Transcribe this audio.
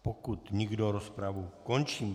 Pokud nikdo, rozpravu končím.